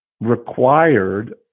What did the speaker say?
required